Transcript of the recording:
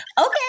Okay